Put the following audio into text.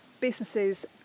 Businesses